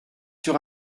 sur